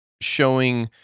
showing